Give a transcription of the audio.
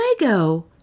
Lego